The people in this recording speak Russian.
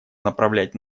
направлять